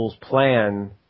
plan